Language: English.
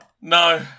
No